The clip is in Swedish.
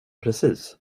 precis